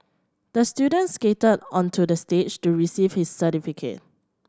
the student skated onto the stage to receive his certificate